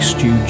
Stu